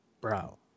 bro